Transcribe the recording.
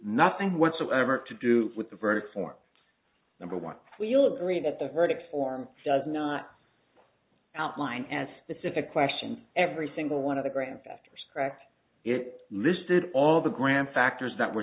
nothing whatsoever to do with the verdict form number one we all agree that the verdict form does not outline and it's a question every single one of the grandfathers practiced it listed all the grand factors that were